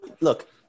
Look